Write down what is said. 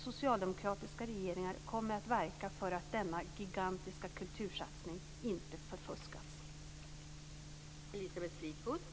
Socialdemokratiska regeringar kommer att verka för att denna gigantiska kultursatsning inte förfuskas.